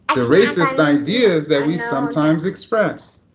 the racist ideas that we sometimes express.